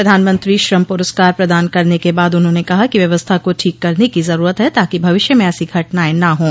प्रधानमंत्री श्रम पुरस्कार प्रदान करने के बाद उन्हाने कहा कि व्यवस्था को ठीक करने की जरूरत है ताकि भविष्य में ऐसी घटनाएं न हों